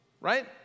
right